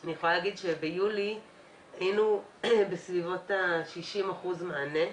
אני יכולה לומר שביולי היינו בסביבות 60 אחוזים מענה.